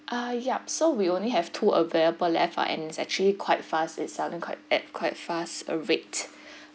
uh yup so we only have two available left and it's actually quite fast it's selling quite at quite fast a rate